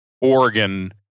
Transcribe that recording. Oregon